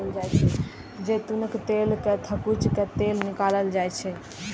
जैतूनक फल कें थकुचि कें तेल निकालल जाइ छै